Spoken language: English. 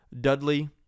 Dudley